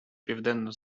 південно